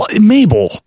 Mabel